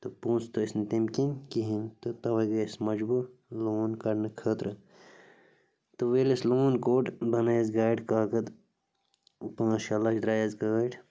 تہٕ پونٛسہٕ تہٕ ٲسۍ نہٕ تَمۍ کِنۍ کِہیٖنۍ تہٕ تَوَے گٔے أسۍ مجبوٗر لون کَڑنہٕ خٲطرٕ تہٕ وۄنۍ ییٚلہِ اَسہِ لون کوٚڑ بنٲے اَسہِ گاڑِ کاکَد پانٛژھ شےٚ لَچھ درٛاے اَسہِ گٲڑۍ